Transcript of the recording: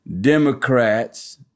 Democrats